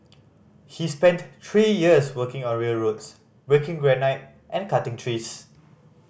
he spent three years working on railroads breaking granite and cutting trees